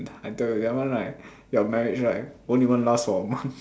I tell you that one right their marriage right won't even last for a month